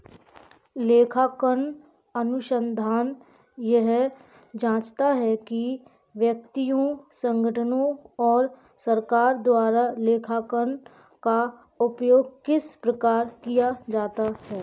लेखांकन अनुसंधान यह जाँचता है कि व्यक्तियों संगठनों और सरकार द्वारा लेखांकन का उपयोग किस प्रकार किया जाता है